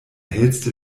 hellste